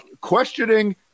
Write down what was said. Questioning